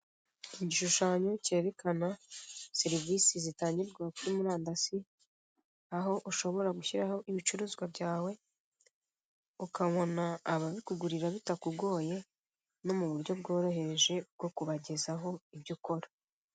Igishushanyo cyerekana serivise zitangirwa kuri murandasi, aho ushobora gushyiraho ibicuruzwa byawe ukabona ababikugurira bitakugoye no mu buryo bworoheje bwo kubagezaho ibyo ukora.